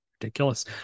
ridiculous